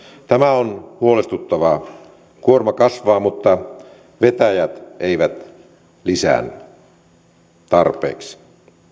tämä on huolestuttavaa kuorma kasvaa mutta vetäjät eivät lisäänny tarpeeksi